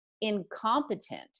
incompetent